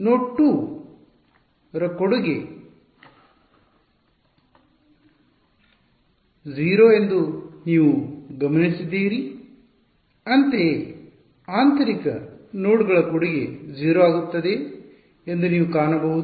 ನೋಡ್ 2 ರ ಕೊಡುಗೆ 0 ಎಂದು ನೀವು ಗಮನಿಸಿದ್ದೀರಿ ಅಂತೆಯೇ ಆಂತರಿಕ ನೋಡ್ಗಳ ಕೊಡುಗೆ 0 ಆಗುತ್ತದೆ ಎಂದು ನೀವು ಕಾಣಬಹುದು